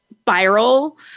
spiral